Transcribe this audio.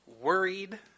worried